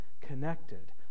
connected